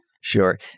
Sure